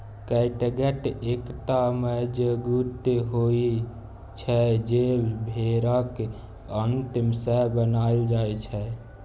कैटगत एकटा मजगूत कोर्ड छै जे भेराक आंत सँ बनाएल जाइ छै